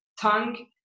tongue